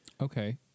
Okay